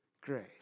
grace